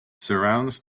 surrounds